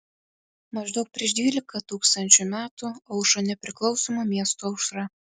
maždaug prieš dvylika tūkstančių metų aušo nepriklausomų miestų aušra